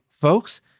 folks